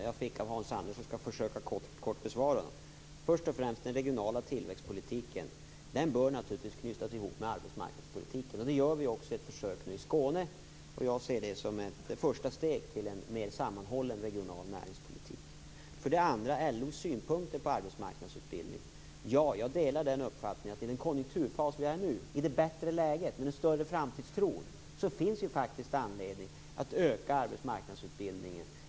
Herr talman! Jag skall försöka att kort besvara de frågor jag fick av Hans Andersson. Först och främst var det en fråga om den regionala tillväxtpolitiken. Den bör naturligtvis knytas ihop med arbetsmarknadspolitiken. Det gör vi också ett försök med i Skåne. Jag ser det som ett första steg mot en mer sammanhållen regional näringspolitik. Den andra frågan gällde LO:s synpunkter på arbetsmarknadsutbildning. Ja, jag delar uppfattningen att det i den konjunkturfas vi är i nu, i det bättre läget, med en större framtidstro, faktiskt finns anledning att öka arbetsmarknadsutbildningen.